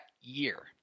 year